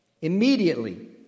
Immediately